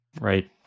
Right